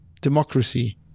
democracy